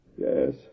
Yes